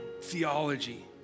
Theology